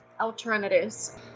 alternatives